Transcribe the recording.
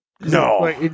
No